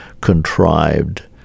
contrived